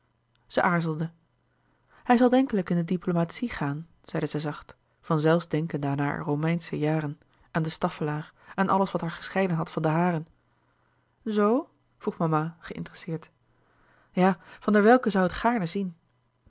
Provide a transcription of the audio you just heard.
zij aarzelde hij zal denkelijk in de diplomatie gaan zeide zij zacht van zelfs denkende aan hare romeinsche jaren aan de staffelaer aan alles wat haar gescheiden had van de haren zoo vroeg mama geïnteresseerd louis couperus de boeken der kleine zielen ja van der welcke zoû het gaarne zien